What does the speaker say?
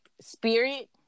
Spirit